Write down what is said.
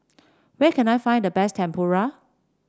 where can I find the best Tempura